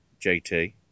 JT